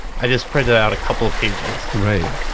i just printed out a couple of pages right.